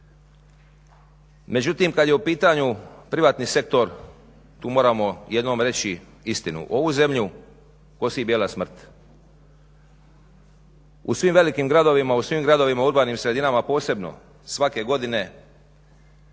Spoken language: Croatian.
međutim kad je u pitanju privatni sektor tu moramo jednom reći istinu. Ovu zemlju kosi bijela smrt. U svim velikim gradovima, u svim gradovima u urbanim sredinama posebno svake godine